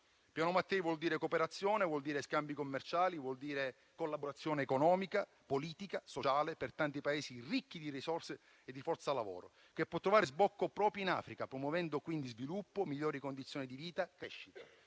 tutto ciò: vuol dire cooperazione, scambi commerciali e collaborazione economica, politica e sociale per tanti Paesi ricchi di risorse e di forza lavoro, che può trovare sbocco proprio in Africa, promuovendo quindi sviluppo e migliori condizioni di vita e crescita.